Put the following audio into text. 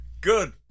Good